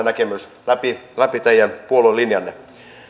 näkemys edelleen säilynyt läpi teidän puoluelinjanne